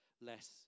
less